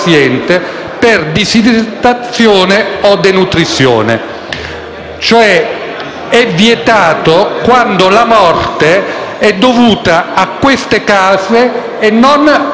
cioè vietata quando la morte è dovuta a queste cause e non alla patologia del malato, vale a dire quando il malato,